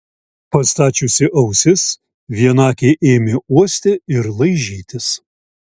pastačiusi ausis vienakė ėmė uosti ir laižytis